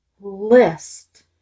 list